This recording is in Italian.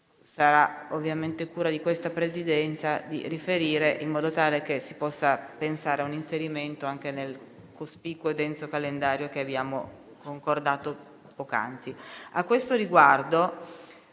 Sarà ovviamente cura di questa Presidenza riferire in modo tale che si possa pensare a un inserimento di tale punto nel cospicuo e denso calendario che abbiamo concordato poc'anzi.